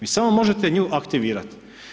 Vi samo možete nju aktivirati.